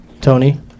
Tony